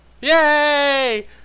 Yay